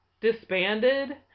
disbanded